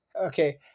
okay